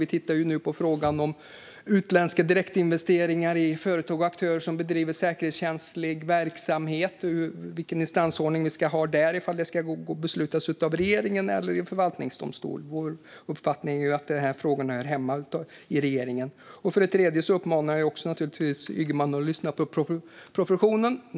Vi tittar nu på frågan om vilken instansordning som ska finnas för utländska direktinvesteringar i företag och aktörer som bedriver säkerhetskänslig verksamhet; om beslut ska fattas av regeringen eller i förvaltningsdomstol. Vår uppfattning är att dessa frågor hör hemma i regeringen. Det tredje skälet är att vi uppmanar Ygeman att lyssna på professionen.